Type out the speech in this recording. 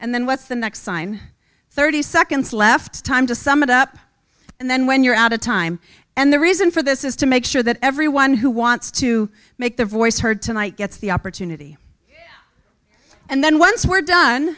and then what's the next sign thirty seconds left time to sum it up and then when you're out of time and the reason for this is to make sure that everyone who wants to make their voice heard tonight gets the opportunity and then once we're done